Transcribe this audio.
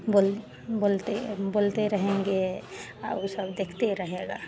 बोल बोलते बोलते रहेंगे और ऊ सब देखते रहेगा